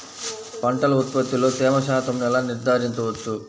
పంటల ఉత్పత్తిలో తేమ శాతంను ఎలా నిర్ధారించవచ్చు?